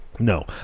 No